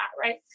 right